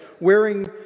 wearing